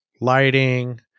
lighting